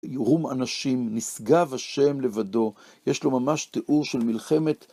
רום אנשים, נשגב השם לבדו, יש לו ממש תיאור של מלחמת...